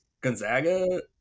Gonzaga